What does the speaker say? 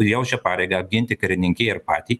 jaučia pareigą apginti karininkiją ir patį